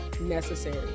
necessary